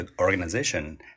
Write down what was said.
Organization